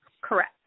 Correct